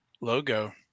logo